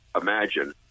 imagine